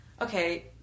Okay